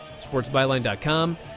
SportsByline.com